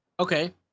Okay